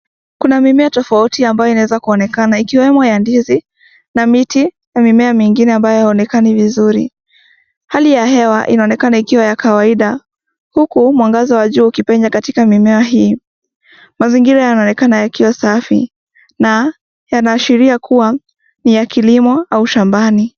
Kuna mimea tofauti ambayo inaweza kuonekana ikiwemo ya ndizi, miti na mimea mengine ambayo hauonekani vizuri. Hali ya hewa inaonekana ikiwa ya kawaida huku mwagaza wa jua ukipenya katika mimea hii. Mazingira yanaonekana yakiwa safi na yanaashiria kuwa ni ya kilimo au shambani.